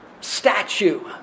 statue